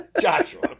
Joshua